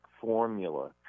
formula